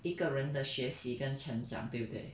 一个人的学习跟成长对不对